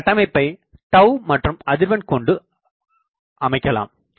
இந்த கட்டமைப்பை மற்றும் அதிர்வெண் கொண்டு அமைக்கலாம்